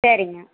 சரிங்க